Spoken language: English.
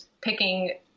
picking